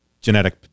genetic